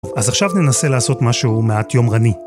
טוב, אז עכשיו ננסה לעשות משהו מעט יומרני.